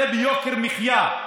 קיבלנו את זה ביוקר מחיה.